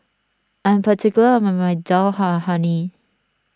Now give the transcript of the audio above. I am particular about my Dal Makhani